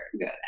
good